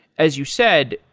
as you said,